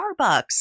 Starbucks